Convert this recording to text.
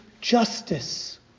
justice